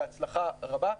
בהצלחה רבה,